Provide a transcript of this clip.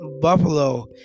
Buffalo